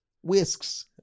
whisks